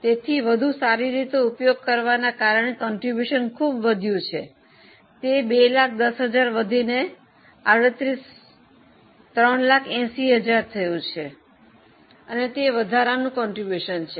તેથી વધુ સારી રીતે ઉપયોગ કરવાને કારણે ફાળો ખૂબ વધ્યો છે તે 210000 વધીને 380000 થયો છે અને તે વધારાનો ફાળો છે